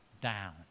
down